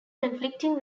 conflicting